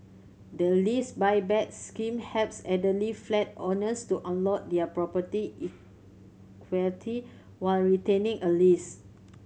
the Lease Buyback Scheme helps elderly flat owners to unlock their property equity while retaining a lease